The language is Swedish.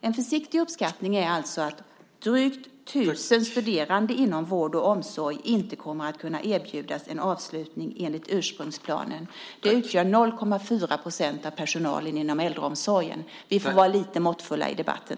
En försiktig uppskattning är alltså att drygt 1 000 studerande inom vård och omsorg inte kommer att kunna avsluta sina studier enligt ursprungsplanen. Det utgör 0,4 % av personalen inom äldreomsorgen. Vi får vara lite måttfulla i debatten.